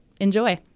Enjoy